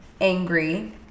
angry